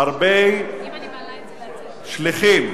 שהרבה שליחים